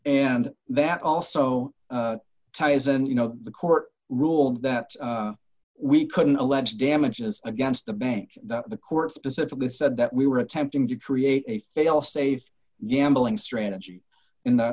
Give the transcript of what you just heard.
and that also ties and you know the court ruled that we couldn't allege damages against the bank that the court specifically said that we were attempting to create a fail safe gambling strategy in the